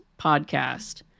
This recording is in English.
podcast